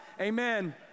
amen